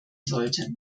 sollte